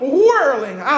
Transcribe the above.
whirling